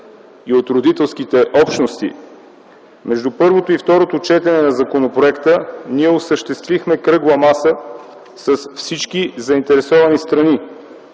и от родителските общности. Между първото и второто четене на законопроекта ние осъществихме кръгла маса с всички заинтересовани страни,